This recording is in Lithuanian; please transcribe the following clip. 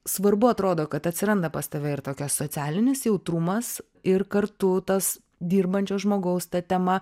svarbu atrodo kad atsiranda pas tave ir tokio socialinis jautrumas ir kartu tas dirbančio žmogaus ta tema